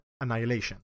Annihilation